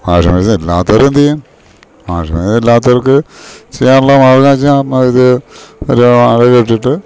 washing machine ഇല്ലാത്തവരെന്തെ യ്യും washing machine ഇല്ലാത്തർക്ക് ചെയ്യാനുള്ള മഴാന്ന് വെച്ചാ മഴെത്ത് ഒരു അഴ കെട്ടിട്ട്